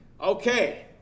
Okay